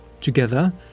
together